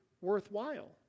worthwhile